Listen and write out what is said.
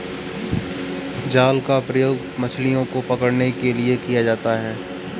जाल का प्रयोग मछलियो को पकड़ने के लिये किया जाता है